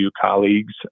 colleagues